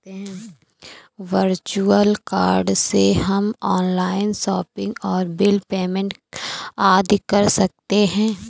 virtual card से हम online shopping और बिल पेमेंट आदि कर सकते है